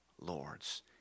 Lords